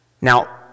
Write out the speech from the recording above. Now